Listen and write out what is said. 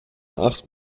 acht